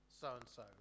so-and-so